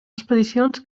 expedicions